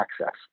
access